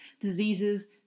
diseases